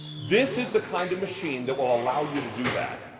this is the kind of machine that will allow you to do that.